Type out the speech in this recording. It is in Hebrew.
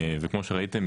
וכמו שראיתם,